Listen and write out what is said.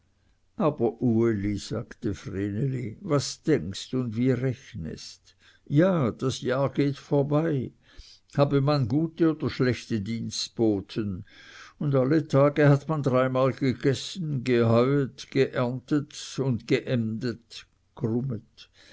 aber uli sagte vreneli was denkst und wie rechnest ja das jahr geht vorbei habe man gute oder schlechte dienstboten und alle tage hat man dreimal gegessen geheuet geerntet und geemdet